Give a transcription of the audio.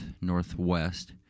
northwest